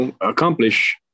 accomplish